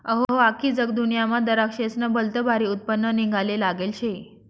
अहो, आख्खी जगदुन्यामा दराक्शेस्नं भलतं भारी उत्पन्न निंघाले लागेल शे